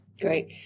Great